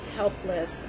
helpless